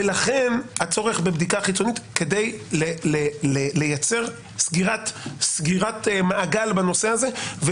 ולכן הצורך בבדיקה חיצונית כדי לייצר סגירת מעגל בנושא הזה.